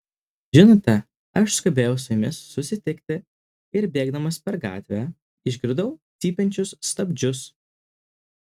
žinote aš skubėjau su jumis susitikti ir bėgdamas per gatvę išgirdau cypiančius stabdžius